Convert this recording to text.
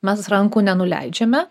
mes rankų nenuleidžiame